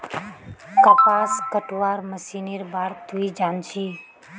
कपास कटवार मशीनेर बार तुई जान छि